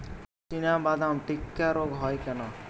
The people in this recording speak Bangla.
চিনাবাদাম টিক্কা রোগ হয় কেন?